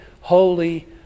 holy